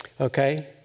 okay